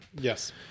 Yes